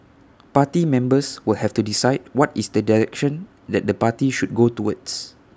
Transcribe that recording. party members will have to decide what is the direction that the party should go towards